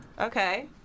Okay